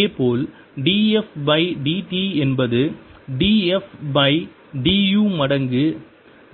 இதேபோல் df by dt என்பது df by du மடங்கு